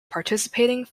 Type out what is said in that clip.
participating